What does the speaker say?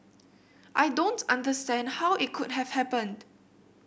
I don't understand how it could have happened